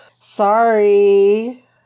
sorry